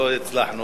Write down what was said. לא הצלחנו,